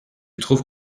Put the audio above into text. trouves